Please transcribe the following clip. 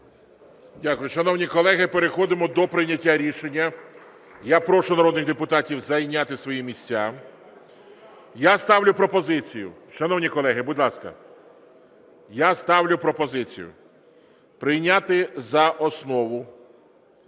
Дякую. Шановні колеги, переходимо до прийняття рішення. Я прошу народних депутатів зайняти свої місця. Я ставлю пропозицію... Шановні колеги, будь ласка. Я ставлю пропозицію прийняти за основу